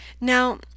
now